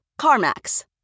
CarMax